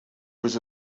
was